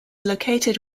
located